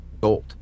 gold